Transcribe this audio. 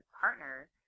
partner